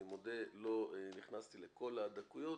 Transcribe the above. אני מודה לא נכנסתי לכל הדקויות